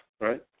right